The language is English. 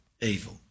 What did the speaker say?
evil